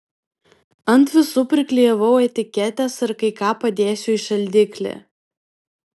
ant visų priklijavau etiketes ir kai ką padėsiu į šaldiklį